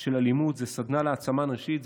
של אלימות, סדנה להעצמה נשית.